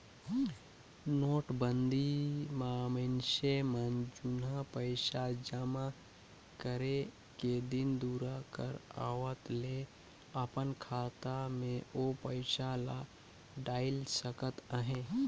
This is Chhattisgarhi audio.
नोटबंदी म मइनसे मन जुनहा पइसा जमा करे के दिन दुरा कर आवत ले अपन खाता में ओ पइसा ल डाएल सकत अहे